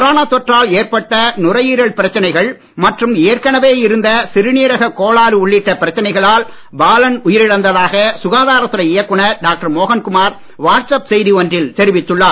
corona தொற்றால் ஏற்பட்ட நுரையீரல் பிரச்சனைகள் மற்றும் ஏற்கனவே இருந்த சிறுநீரக கோளாறு உள்ளிட்ட பிரச்சனைகளால் பாலன் உயிரிழந்ததாக சுகாதாரத்துறை இயக்குனர் டாக்டர் மோகன்குமார் வாட்ஸ் ஆப் செய்தி ஒன்றில் தெரிவித்துள்ளார்